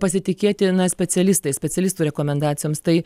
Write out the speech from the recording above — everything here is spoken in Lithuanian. pasitikėti na specialistais specialistų rekomendacijoms tai